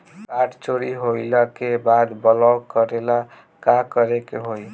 Card चोरी होइला के बाद ब्लॉक करेला का करे के होई?